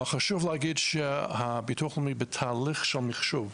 חשוב להגיד שהביטוח לאומי בתהליך של מחשוב.